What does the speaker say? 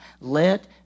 let